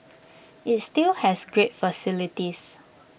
IT still has great facilities